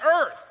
earth